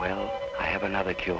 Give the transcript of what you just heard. well i have another cu